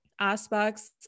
aspects